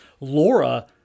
Laura